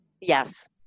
Yes